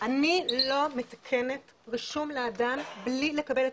אני לא מתקנת רישום לאדם בלי לקבל את